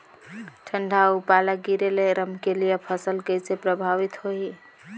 ठंडा अउ पाला गिरे ले रमकलिया फसल कइसे प्रभावित होही?